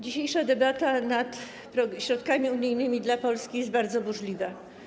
Dzisiejsza debata nad środkami unijnymi dla Polski jest bardzo burzliwa.